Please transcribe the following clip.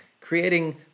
creating